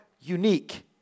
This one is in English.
unique